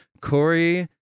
Corey